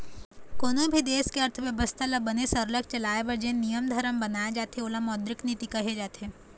कोनों भी देश के अर्थबेवस्था ल बने सरलग चलाए बर जेन नियम धरम बनाए जाथे ओला मौद्रिक नीति कहे जाथे